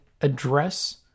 address